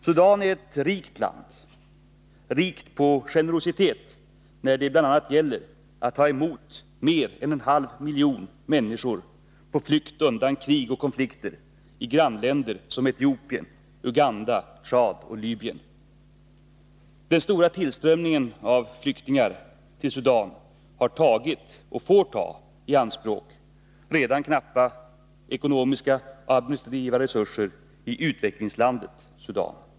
Sudan är ett rikt land — rikt på generositet när det bl.a. gällt att ta emot mer än en halv miljon människor på flykt undan krig och konflikter i grannländer som Etiopien, Uganda, Tchad och Libyen. Den stora tillströmningen av flyktingar till Sudan har tagit — och har fått ta — i anspråk redan knappa ekonomiska och administrativa resurser i utvecklingslandet Sudan.